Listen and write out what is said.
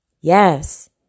Yes